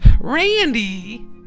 Randy